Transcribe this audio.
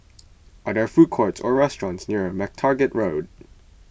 are there food courts or restaurants near MacTaggart Road